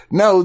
no